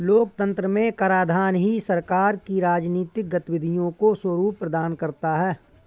लोकतंत्र में कराधान ही सरकार की राजनीतिक गतिविधियों को स्वरूप प्रदान करता है